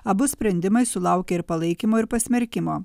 abu sprendimai sulaukė ir palaikymo ir pasmerkimo